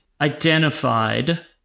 identified